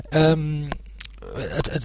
Het